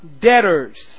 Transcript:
debtors